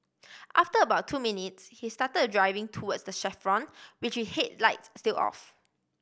after about two minutes he started driving towards the chevron with his headlights still off